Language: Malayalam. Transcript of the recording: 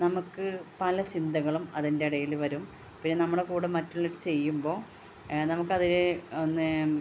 നമുക്ക് പല ചിന്തകളും അതിൻ്റെ ഇടയിൽ വരും പിന്നെ നമ്മളെ കൂടെ മറ്റുള്ളവർ ചെയ്യുമ്പോൾ നമ്മൾക്ക് അതിൽ ഒന്ന്